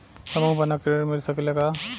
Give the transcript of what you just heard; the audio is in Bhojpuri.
समूह बना के ऋण मिल सकेला का?